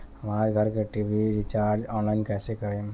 हमार घर के टी.वी रीचार्ज ऑनलाइन कैसे करेम?